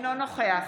אינו נוכח